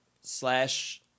Slash